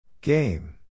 Game